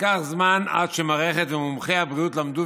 לקח זמן עד שהמערכת ומומחי הבריאות למדו,